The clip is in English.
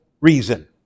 reason